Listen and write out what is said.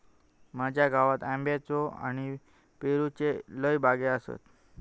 माझ्या गावात आंब्याच्ये आणि पेरूच्ये लय बागो आसत